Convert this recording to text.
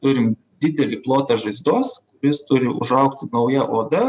turim didelį plotą žaizdos kuris turi užaugti nauja oda